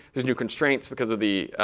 there's new constraints because of the